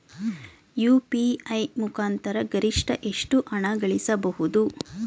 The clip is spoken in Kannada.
ಯು.ಪಿ.ಐ ಮುಖಾಂತರ ಗರಿಷ್ಠ ಎಷ್ಟು ಹಣ ಕಳಿಸಬಹುದು?